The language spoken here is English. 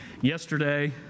yesterday